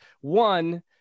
one